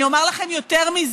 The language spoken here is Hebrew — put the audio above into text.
אני אומר לכם יותר מזה.